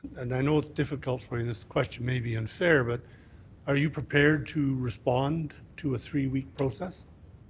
and i know it's difficult for you, this question may be unfair, but are you prepared to respond to a three-week process?